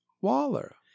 waller